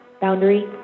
Boundary